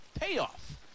payoff